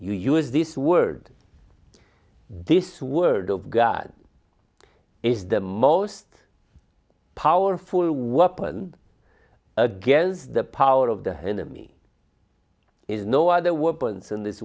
you use this word this word of god is the most powerful weapon against the power of the enemy is no other weapons in this